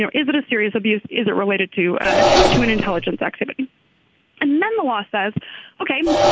yeah is it a serious abuse. is it related to a to an intelligence activity and then the law says ok.